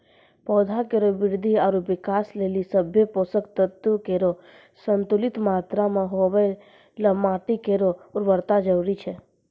पौधा केरो वृद्धि आरु विकास लेलि सभ्भे पोसक तत्व केरो संतुलित मात्रा म होवय ल माटी केरो उर्वरता जरूरी छै